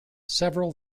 several